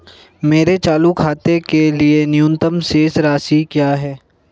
मेरे चालू खाते के लिए न्यूनतम शेष राशि क्या है?